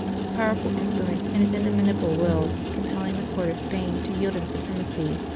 his power ful influence and his indomitable will compelling the court of spain to yield him supremacy.